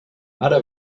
ara